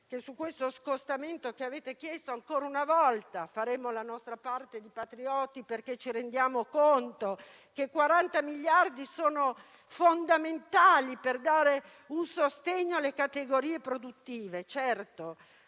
su questo scostamento che avete chiesto ancora una volta faremo la nostra parte di patrioti, perché ci rendiamo conto che 40 miliardi di euro sono fondamentali per dare un sostegno alle categorie produttive. Certo,